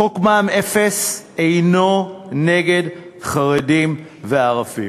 חוק מע"מ אפס אינו נגד חרדים וערבים.